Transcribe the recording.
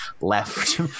left